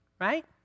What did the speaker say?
Right